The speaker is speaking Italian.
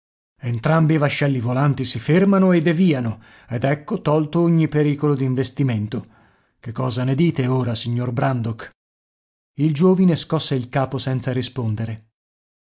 i vascelli volanti si fermano e deviano ed ecco tolto ogni pericolo d'investimento che cosa ne dite ora signor brandok il giovine scosse il capo senza rispondere